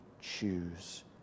choose